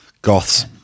Goths